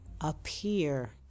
appear